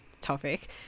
topic